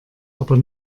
aber